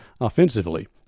offensively